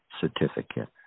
certificate